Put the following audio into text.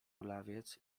kulawiec